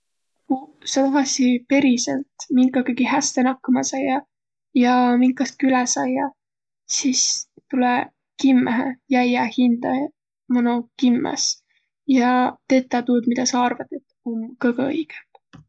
Kuq sa tahassiq periselt minkagagiq häste nakkama saiaq ja minkastki üle saiaq, sis tulõ kimmähe jäiäq hindä manoq kimmäs ja tetäq tuud, midä sa arvat, et om kõgõ õigõmb.